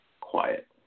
quiet